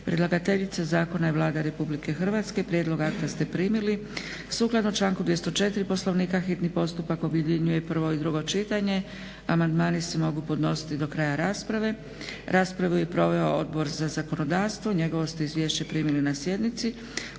Predlagateljica zakona je Vlada RH. Prijedlog akta ste primili. Sukladno članku 204. Poslovnika, hitni postupak objedinjuje prvo i drugo čitanje. Amandmani se mogu podnositi do kraja rasprave. Raspravu je proveo Odbor za zakonodavstvo, njegovo ste izvješće primili na sjednici.